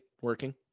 working